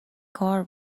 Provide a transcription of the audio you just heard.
کار